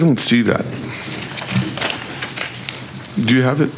don't see that do you have it